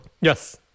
Yes